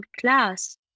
class